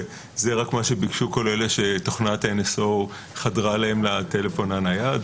וזה מה שביקשו כל אלה שתוכנת NSO חדרה להם לנייד.